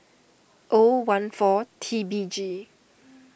O one four T B G